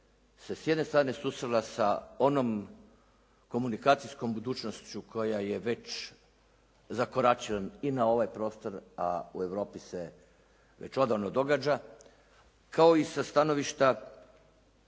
strane susrela sa onom komunikacijskom budućnošću koja je već zakoračila i na ove prostor, a u Europi se već odavno događa, kao i sa stanovišta